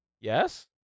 Yes